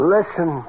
Listen